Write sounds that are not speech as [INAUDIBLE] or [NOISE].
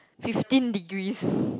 fifteen degrees [BREATH]